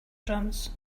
drums